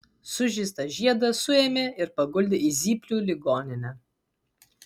sužeistą žiedą suėmė ir paguldė į zyplių ligoninę